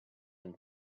and